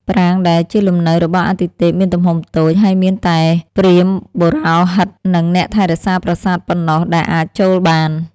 ប្រាង្គដែលជាលំនៅរបស់អាទិទេពមានទំហំតូច ហើយមានតែព្រាហ្មណ៍បុរោហិត និងអ្នកថែរក្សាប្រាសាទប៉ុណ្ណោះដែលអាចចូលបាន។